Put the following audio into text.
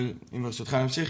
אבל ברשותך אני אמשיך?